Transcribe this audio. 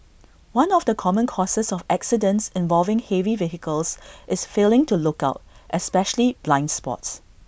one of the common causes of accidents involving heavy vehicles is failing to look out especially blind spots